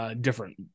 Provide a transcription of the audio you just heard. different